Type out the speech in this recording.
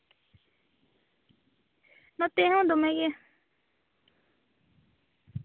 ᱱᱚᱛᱮ ᱦᱚᱸ ᱫᱚᱢᱮ ᱜᱮ